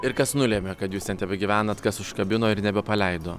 ir kas nulėmė kad jūs ten tebegyvenat kas užkabino ir nebepaleido